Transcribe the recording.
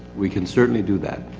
we can certainly do that.